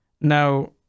Now